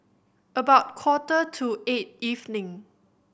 about quarter to eight evening